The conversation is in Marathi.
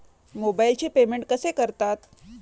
मोबाइलचे पेमेंट कसे करतात?